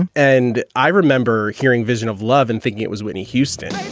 and and i remember hearing vision of love and figure it was whitney houston